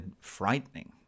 frightening